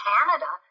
Canada